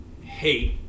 hate